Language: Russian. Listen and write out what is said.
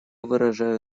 выражаю